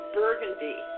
burgundy